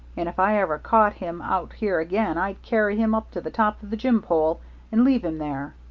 and if i ever caught him out here again i'd carry him up to the top of the jim pole and leave him there.